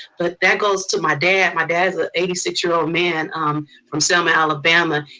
but that goes to my dad. my dad is a eighty six year old man um from selma, alabama,